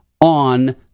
on